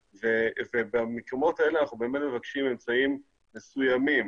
ובמקומות האלה אנחנו מבקשים אמצעים מסוימים